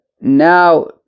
now